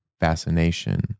fascination